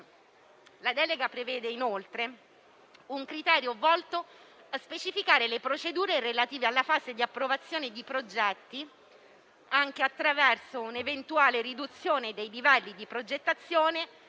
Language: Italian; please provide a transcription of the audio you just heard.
La delega prevede, inoltre, un criterio volto a specificare le procedure relative alla fase di approvazione di progetti anche attraverso un'eventuale riduzione dei livelli di progettazione